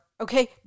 okay